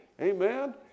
Amen